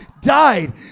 died